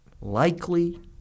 Likely